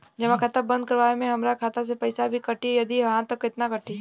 जमा खाता बंद करवावे मे हमरा खाता से पईसा भी कटी यदि हा त केतना कटी?